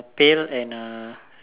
tail and a